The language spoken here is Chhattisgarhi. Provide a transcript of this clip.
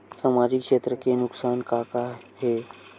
सामाजिक क्षेत्र के नुकसान का का हे?